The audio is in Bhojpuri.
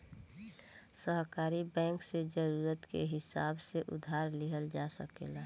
सहकारी बैंक से जरूरत के हिसाब से उधार लिहल जा सकेला